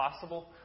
possible